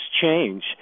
change